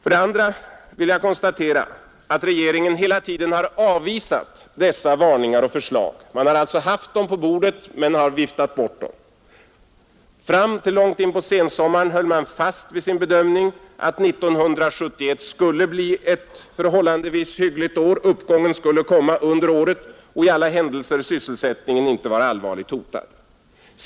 Vidare vill jag konstatera att regeringen hela tiden avvisat dessa varningar och förslag. Man har alltså haft dem på bordet men har viftat bort dem. Fram till långt in på sensommaren höll man fast vid sin bedömning att 1971 skulle bli ett förhållandevis hyggligt år, uppgången skulle komma under året, och i alla händelser var sysselsättningen inte allvarligt hotad.